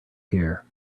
here